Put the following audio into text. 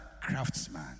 craftsman